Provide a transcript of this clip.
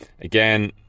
Again